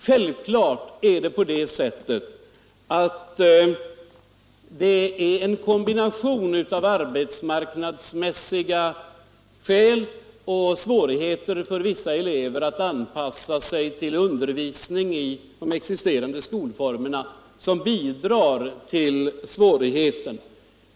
Självfallet är det en kombination av arbetsmarknadsmässiga förhål landen och svårigheter för vissa elever att anpassa sig till undervisning i de existerande skolformerna som bidrar till svårigheterna.